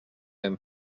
hem